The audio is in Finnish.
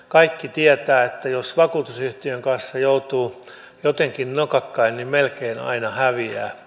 kaikki tietävät että jos vakuutusyhtiön kanssa joutuu jotenkin nokakkain niin melkein aina häviää